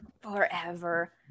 Forever